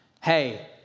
hey